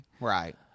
Right